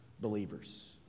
believers